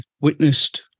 witnessed